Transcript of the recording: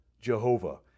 Jehovah